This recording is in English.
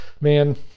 man